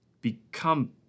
Become